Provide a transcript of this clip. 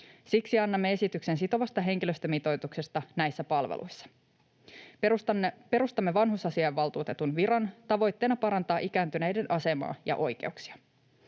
Siksi annamme esityksen sitovasta henkilöstömitoituksesta näissä palveluissa. Perustamme vanhusasiainvaltuutetun viran tavoitteena parantaa ikääntyneiden asemaa ja oikeuksia.